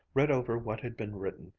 read over what had been written,